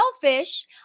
selfish